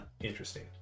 interesting